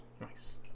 Nice